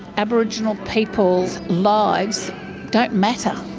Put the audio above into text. aboriginal people's lives don't matter.